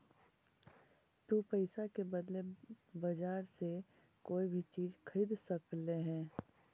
तु पईसा के बदले बजार से कोई भी चीज खरीद सकले हें